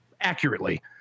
accurately